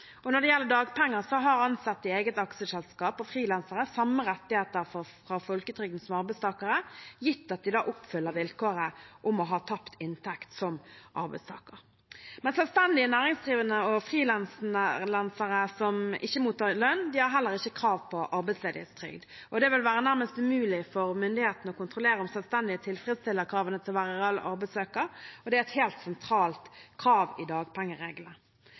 Når det gjelder dagpenger, har ansatte i eget aksjeselskap og frilansere samme rettigheter fra folketrygden som arbeidstakere, gitt at de oppfyller vilkåret om å ha tapt inntekt som arbeidstaker. Men selvstendig næringsdrivende og frilansere som ikke mottar lønn, har heller ikke krav på arbeidsledighetstrygd. Det vil være nærmest umulig for myndighetene å kontrollere om selvstendige tilfredsstiller kravene til å være reell arbeidssøker, og det er et helt sentralt krav i